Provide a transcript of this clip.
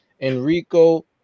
Enrico